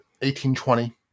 1820